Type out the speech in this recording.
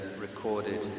recorded